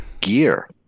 gear